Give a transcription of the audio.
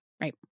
right